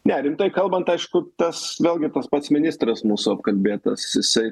ne rimtai kalbant aišku tas vėlgi tas pats ministras mūsų apkalbėtas jisai